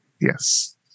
Yes